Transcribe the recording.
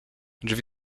drzwi